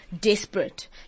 desperate